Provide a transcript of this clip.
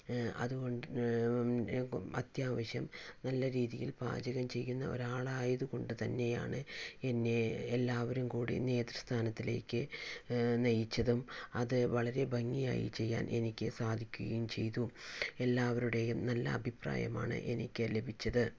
അതുകൊണ്ട് അത്യാവശ്യം നല്ല രീതിയിൽ പാചകം ചെയ്യുന്ന ഒരാളായതുകൊണ്ടു തന്നെയാണ് എന്നെ എല്ലാവരും കൂടി നേതൃസ്ഥാനത്തിലേക്ക് നയിച്ചതും അത് വളരെ ഭംഗിയായി ചെയ്യാൻ എനിക്ക് സാധിക്കുകയും ചെയ്തു എല്ലാവരുടേയും നല്ല അഭിപ്രായമാണ് എനിക്ക് ലഭിച്ചത്